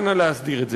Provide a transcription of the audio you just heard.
אנא להסדיר את זה.